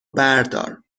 بردار